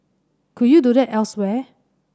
could you do that elsewhere